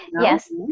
Yes